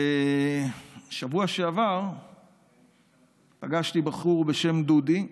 בשבוע שעבר פגשתי בחור בשם דודי,